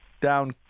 down